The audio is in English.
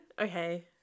Okay